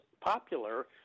popular